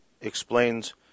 explains